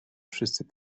wszyscy